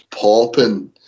popping